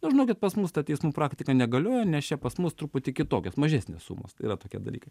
na žinokit pas mus ta teismų praktika negalioja nes čia pas mus truputį kitokios mažesnės sumos tai yra tokie dalykai